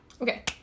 Okay